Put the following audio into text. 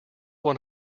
one